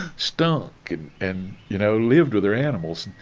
stunk and, you know, lived with their animals,